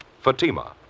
Fatima